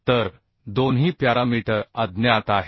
तर दोन्ही प्यारामीटर अज्ञात आहेत